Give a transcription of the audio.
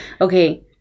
okay